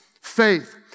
faith